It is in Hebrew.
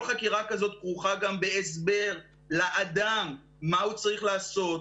כל חקירה כזאת כרוכה גם בהסבר לאדם מה הוא צריך לעשות,